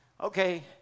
okay